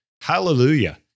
Hallelujah